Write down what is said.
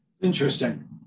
Interesting